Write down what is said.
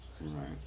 Right